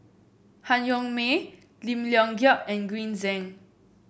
Han Yong May Lim Leong Geok and Green Zeng